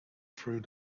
through